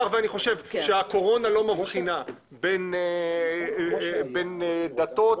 מאחר ואני חושב שהקורונה לא מבחינה בין דתות,